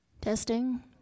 Testing